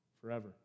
forever